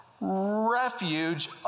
refuge